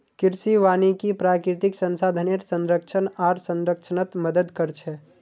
कृषि वानिकी प्राकृतिक संसाधनेर संरक्षण आर संरक्षणत मदद कर छे